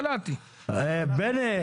בני,